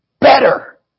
better